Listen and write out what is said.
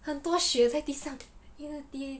很多血在地上一直滴